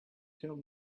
tell